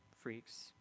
freaks